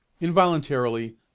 Involuntarily